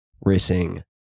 racing